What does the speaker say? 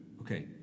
Okay